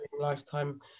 lifetime